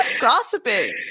gossiping